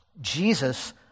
Jesus